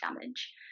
damage